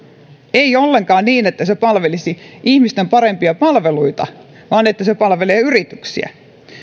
ei ole ollenkaan niin että se palvelisi ihmisten parempia palveluita vaan se palvelee yrityksiä